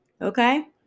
okay